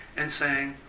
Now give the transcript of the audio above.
and saying,